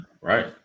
Right